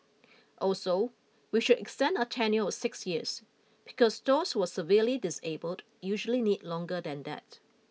also we should extend our tenure of six years because those who are severely disabled usually need longer than that